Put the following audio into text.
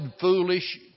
foolish